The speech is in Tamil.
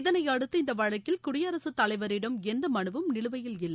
இதனையடுத்து இந்த வழக்கில் குடியரசுத் தலைவரிடம் எந்த மனுவும் நிலுவையில் இல்லை